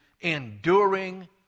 enduring